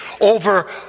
over